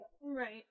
Right